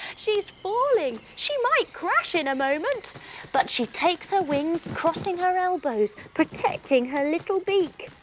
she's falling! she might crash in a moment but she takes her wings crossing her elbows protecting her little beak.